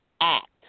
act